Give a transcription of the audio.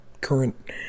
current